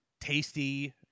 tasty